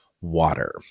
water